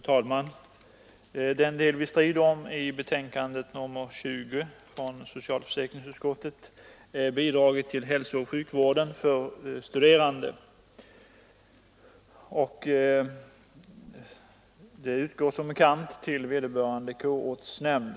Fru talman! Den del som vi strider om i betänkandet nr 20 från socialförsäkringsutskottet gäller bidraget till hälsooch sjukvården för studerande. Bidraget utgår som bekant till vederbörande kårortsnämnd.